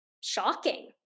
shocking